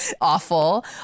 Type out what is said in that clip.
awful